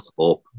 up